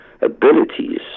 abilities